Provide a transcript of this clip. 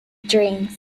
dreams